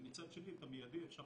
ומצד שני, את המיידי אפשר